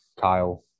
Kyle